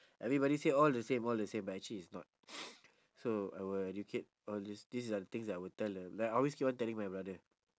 everybody say all the same all the same but actually it's not so I will educate all these these are the things that I would tell the like I always keep on telling my brother